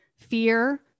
fear